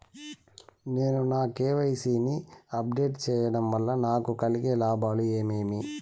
నేను నా కె.వై.సి ని అప్ డేట్ సేయడం వల్ల నాకు కలిగే లాభాలు ఏమేమీ?